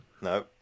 No